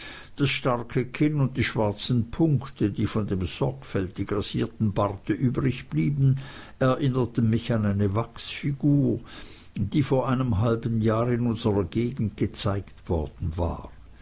das starke kinn und die schwarzen punkte die von dem sorgfältig rasierten barte übrig blieben erinnerten mich an eine wachsfigur die vor einem halben jahr in unserer gegend gezeigt worden war